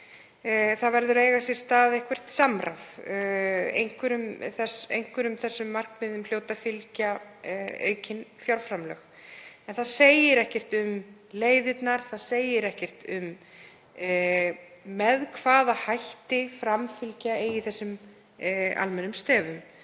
samráð verður að eiga sér stað, einhverjum markmiðum hljóta að fylgja aukin fjárframlög. En það segir ekkert um leiðirnar, það segir ekkert um með hvaða hætti framfylgja eigi þessum almennu stefjum,